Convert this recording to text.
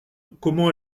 comment